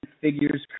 figures